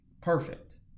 Perfect